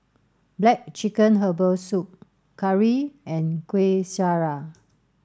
black chicken herbal soup curry and Kueh Syara